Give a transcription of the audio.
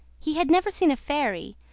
he had never seen a fairy,